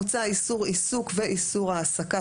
מוצע איסור עיסוק ואיסור העסקה.